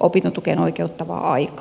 opintotukeen oikeuttavaa aikaa